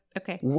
okay